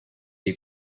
you